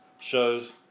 shows